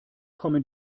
kommen